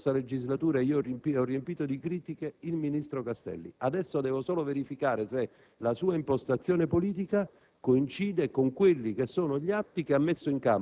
In questa logica, politicamente, nella scorsa legislatura ho riempito di critiche il ministro Castelli. Adesso devo solo verificare se la sua impostazione politica